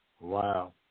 Wow